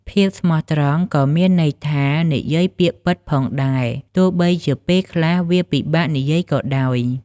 ភាពស្មោះត្រង់ក៏មានន័យថានិយាយពាក្យពិតផងដែរ ទោះបីជាពេលខ្លះវាពិបាកនិយាយក៏ដោយ។